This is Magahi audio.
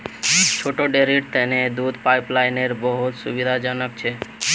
छोटा डेरीर तने दूध पाइपलाइन बहुत सुविधाजनक छ